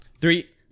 Three